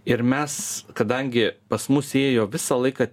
ir mes kadangi pas mus ėjo visą laiką